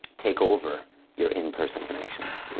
take over your in person connections? you